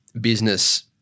business